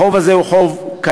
החוב הזה הוא חוב קיים.